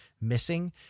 missing